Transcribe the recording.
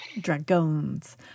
Dragons